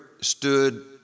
stood